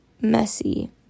messy